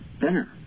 dinner